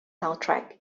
soundtrack